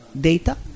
data